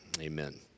amen